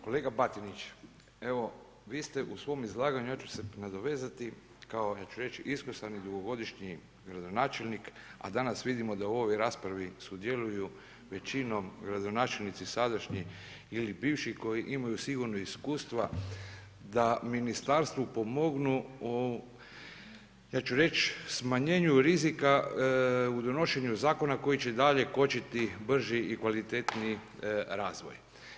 Kolega Batinić, evo vi ste u svom izlaganju, ja ću se nadovezati kao ja ću reći iskusan i dugogodišnji gradonačelnik, a danas vidimo da u ovoj raspravi sudjeluju većinom gradonačelnici sadašnji ili bivši koji imaju sigurno iskustva da ministarstvu pomognu u ja ću reći smanjenju rizika u donošenju zakona koji će i dalje kočiti brži i kvalitetniji razvoj.